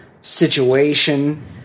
situation